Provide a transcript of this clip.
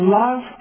love